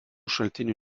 šaltinių